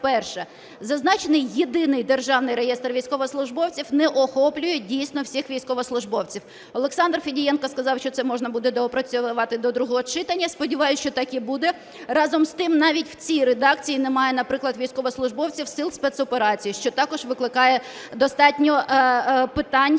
перше: зазначений Єдиний державний реєстр військовослужбовців не охоплює, дійсно, всіх військовослужбовців. Олександр Федієнко сказав, що це можна буде доопрацювати до другого читання. Сподіваюсь, що так і буде. Разом з тим, навіть в цій редакції немає, наприклад, військовослужбовців Сил спецоперацій, що також викликає достатньо питань